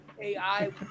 AI